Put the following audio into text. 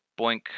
Boink